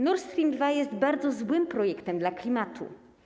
Nord Stream 2 jest bardzo złym projektem dla klimatu.